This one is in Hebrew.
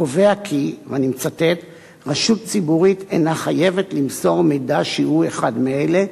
הקובע: "רשות ציבורית אינה חייבת למסור מידע שהוא אחד מאלה: